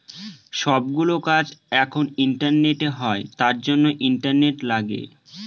সব গুলো কাজ এখন ইন্টারনেটে হয় তার জন্য ইন্টারনেট লাগে